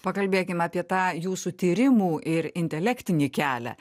pakalbėkim apie tą jūsų tyrimų ir intelektinį kelią